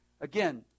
Again